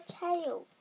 tail